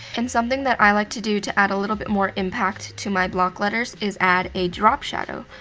and something that i like to do, to add a little bit more impact to my block letters is add a drop shadow.